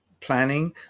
planning